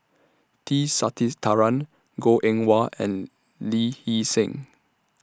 T Sasitharan Goh Eng Wah and Lee Hee Seng